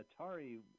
Atari